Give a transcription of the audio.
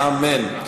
אמן.